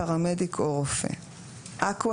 או אח חובש ברפואת חירום פרמדיק או רופא או-שו קונג-פו